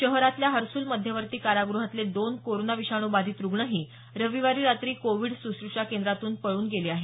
शहरातल्या हर्सुल मध्यवर्ती कारागुहातले दोन कोरोना विषाणू बाधित रुग्णही रविवारी रात्री कोविड सुश्रषा केंद्रातून पळून गेले आहेत